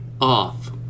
off